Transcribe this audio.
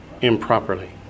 improperly